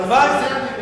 הלוואי.